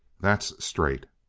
that's straight!